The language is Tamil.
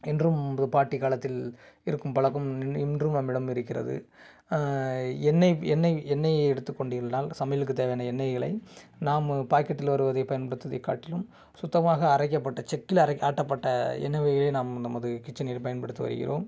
இன்றும் நமது பாட்டிக் காலத்தில் இருக்கும் பழக்கம் இன்றும் நம்மிடம் இருக்கிறது எண்ணெய் எண்ணெய் எண்ணெயை எடுத்து கொண்டீர்னால் சமையலுக்கு தேவையான எண்ணெய்களை நாம் பாக்கெட்டிலில் வருவதை பயன்படுத்துவதைக் காட்டிலும் சுத்தமாக அரைக்கப்பட்ட செக்கில் அரைக் ஆட்டப்பட்ட எண்ணெய் வகைகளை நாம் நமது கிச்சனில் பயன்படுத்து வருகிறோம்